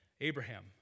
Abraham